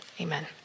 Amen